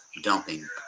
dumping